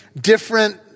different